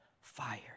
fire